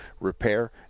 repair